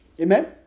Amen